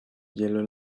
yellow